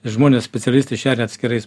žmonės specialistai šeria atskirais